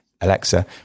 Alexa